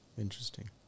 Interesting